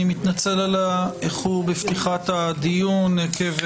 אני מתנצל על האיחור בפתיחת הדיון עקב